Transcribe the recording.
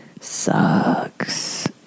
sucks